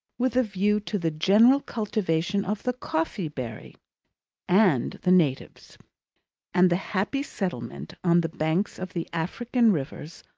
with a view to the general cultivation of the coffee berry and the natives and the happy settlement, on the banks of the african rivers,